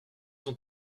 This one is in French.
s’en